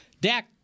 Dak